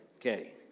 Okay